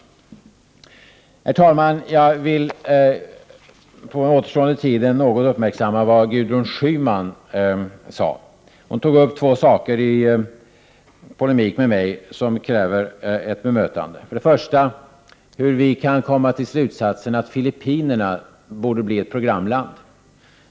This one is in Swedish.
Herr talman! Jag vill något uppmärksamma vad Gudrun Schyman sade. Hon tog upp två saker i polemik med mig som kräver ett bemötande. Hon undrar hur vi kan komma till slutsatsen att Filippinerna borde bli ett programland.